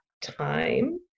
time